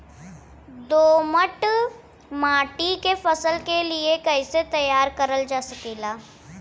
दोमट माटी के फसल के लिए कैसे तैयार करल जा सकेला?